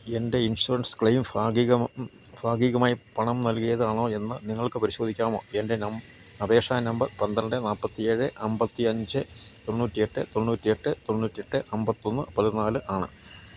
എൻറ്റെ insurance claim ഭാഗികമായി പണം നൽകിയതാണോയെന്ന് നിങ്ങൾക്ക് പരിശോധിക്കാമോ എൻറ്റെ അപേക്ഷാ നമ്പർ പന്ത്രണ്ട് നാല്പ്പത്തിയേഴ് അമ്പത്തിയഞ്ച് തൊണ്ണൂറ്റിയെട്ട് തൊണ്ണൂറ്റിയെട്ട് തൊണ്ണൂറ്റിയെട്ട് അമ്പത്തിയൊന്ന് പതിനാല് ആണ്